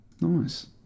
Nice